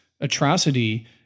atrocity